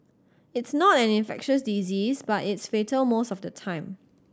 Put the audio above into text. it's not an infectious disease but it's fatal most of the time